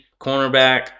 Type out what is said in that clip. cornerback